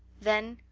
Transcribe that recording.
then,